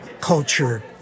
culture